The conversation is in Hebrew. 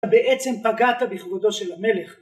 בעצם פגעת בחבודו של המלך.